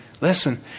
Listen